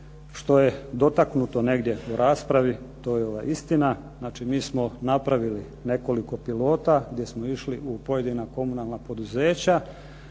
što je dotaknuto negdje u raspravi, to je ova istina, mi smo napravili nekoliko pilota gdje smo išli u pojedina komunalna poduzeća